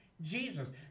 Jesus